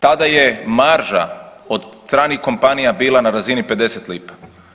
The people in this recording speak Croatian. Tada je marža od stranih kompanija bila na razini 50 lipa.